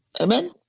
Amen